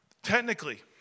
Technically